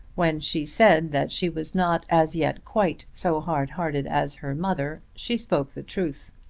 when she said that she was not as yet quite so hard-hearted as her mother, she spoke the truth.